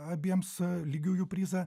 abiems lygiųjų prizą